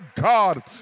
God